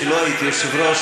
כשלא הייתי יושב-ראש,